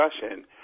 discussion